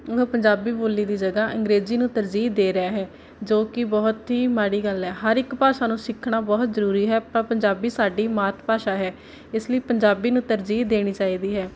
ਉਹ ਪੰਜਾਬੀ ਬੋਲੀ ਦੀ ਜਗ੍ਹਾ ਅੰਗਰੇਜ਼ੀ ਨੂੰ ਤਰਜੀਹ ਦੇ ਰਿਹਾ ਹੈ ਜੋ ਕਿ ਬਹੁਤ ਹੀ ਮਾੜੀ ਗੱਲ ਹੈ ਹਰ ਇੱਕ ਭਾਸ਼ਾ ਨੂੰ ਸਿੱਖਣਾ ਬਹੁਤ ਜ਼ਰੂਰੀ ਹੈ ਪਰ ਪੰਜਾਬੀ ਸਾਡੀ ਮਾਤ ਭਾਸ਼ਾ ਹੈ ਇਸ ਲਈ ਪੰਜਾਬੀ ਨੂੰ ਤਰਜੀਹ ਦੇਣੀ ਚਾਹੀਦੀ ਹੈ